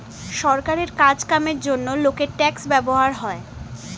সরকারের কাজ কামের জন্যে লোকের ট্যাক্স ব্যবহার হয়